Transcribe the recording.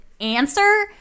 Answer